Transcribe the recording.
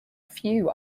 few